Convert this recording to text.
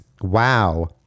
Wow